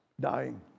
Dying